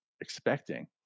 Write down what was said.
expecting